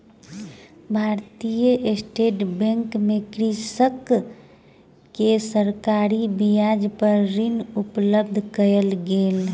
भारतीय state bank मे कृषक के सरकारी ब्याज पर ऋण उपलब्ध कयल गेल